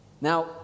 Now